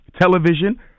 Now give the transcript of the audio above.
television